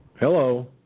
Hello